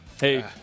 Hey